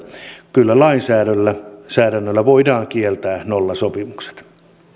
kyllä lainsäädännöllä lainsäädännöllä voidaan kieltää nollasopimukset